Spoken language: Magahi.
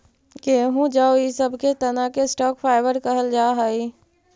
गेहूँ जौ इ सब के तना के स्टॉक फाइवर कहल जा हई